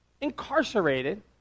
incarcerated